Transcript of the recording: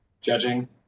judging